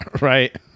Right